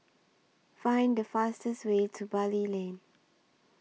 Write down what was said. Find The fastest Way to Bali Lane